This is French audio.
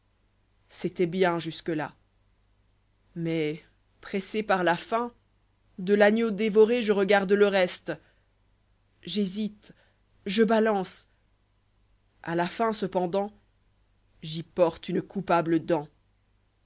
c'étoit bien jusque là mais pressé par la faim de l'agneau dévoré je regarde le reste j'hésite je balance a la fin cependant j'y porte une coupable dent voilà de